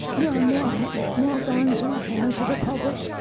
there are more more guns in the hands of the public,